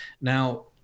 now